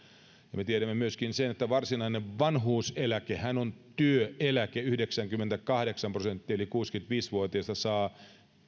ja me tiedämme myöskin sen että varsinainen vanhuuseläkehän on työeläke yhdeksänkymmentäkahdeksan prosenttia yli kuusikymmentäviisi vuotiaista saa